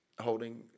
holding